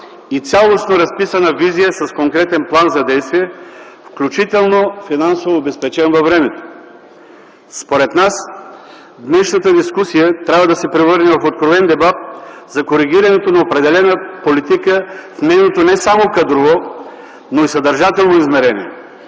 и цялостно разписана визия с конкретен план за действия, включително финансово обезпечен във времето? Според нас днешната дискусия трябва да се превърне в откровен дебат за коригирането на определена политика в нейното не само кадрово, но и съдържателно измерение,